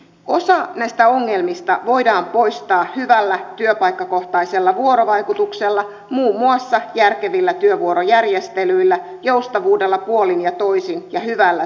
osa näistä ongelmista voidaan poistaa hyvällä työpaikkakohtaisella vuorovaikutuksella muun muassa järkevillä työvuorojärjestelyillä joustavuudella puolin ja toisin ja hyvällä työn suunnittelulla